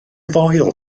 foel